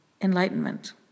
enlightenment